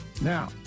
Now